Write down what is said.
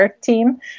team